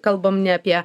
kalbam ne apie